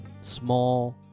small